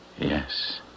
Yes